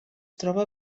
troba